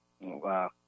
Wow